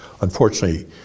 Unfortunately